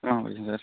ஆ ஓகேங்க சார்